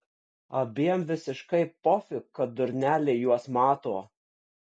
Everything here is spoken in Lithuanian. abiem visiškai pofik kad durneliai juos mato